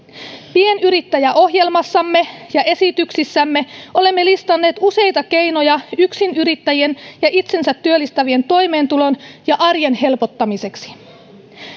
pienyrittäjäohjelmassamme ja esityksissämme olemme listanneet useita keinoja yksinyrittäjien ja itsensä työllistävien toimeentulon ja arjen helpottamiseksi